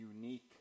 unique